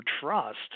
trust